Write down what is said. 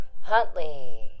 Huntley